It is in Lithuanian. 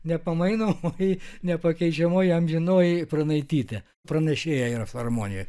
nepamainomoji nepakeičiamoji amžinoji pranaitytė pranešėja yra filharmonijoj